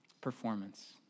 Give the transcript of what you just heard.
performance